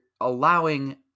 allowing